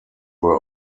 were